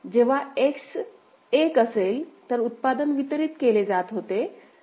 जेव्हा X जर 1 असेल तर उत्पादन वितरित केले जाते